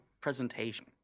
presentation